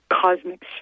cosmic